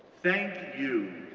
thank you,